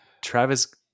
Travis